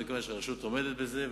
מכיוון שהרשות עומדת בזה.